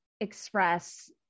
express